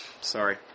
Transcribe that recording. Sorry